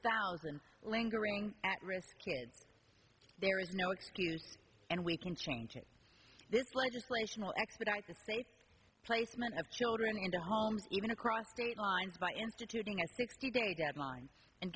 thousand lingering at risk there is no excuse and we can change it this legislation will expedite the state's placement of children into homes even across state lines by instituting a sixty day deadline and